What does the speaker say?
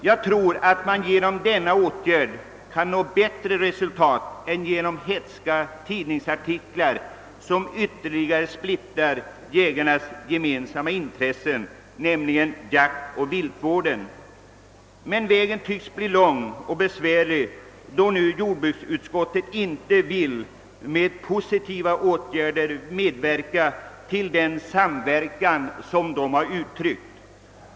Jag tror att man genom denna åtgärd kan nå bättre resultat än genom hätska tidningsartiklar, som ytterligare splittrar jägarnas gemensamma intressen, nämligen jaktoch viltvården. Men vägen tycks bli lång och besvärlig, då jordbruksutskottet inte vill med positiva åtgärder medverka till en samverkan.